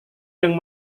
yang